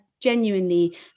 genuinely